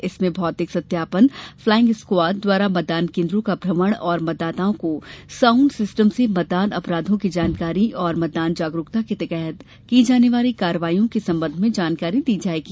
इसमें भौतिक सत्यापन फ्लाइंग स्क्वाड द्वारा मतदान केन्द्रों का भ्रमण तथा मतदाताओं को साउंड सिस्टम से मतदान अपराधों की जानकारी और मतदान जागरूकता के तहत की जाने वाली कार्यवाहियों के संबंध में जानकारी दी जाएगी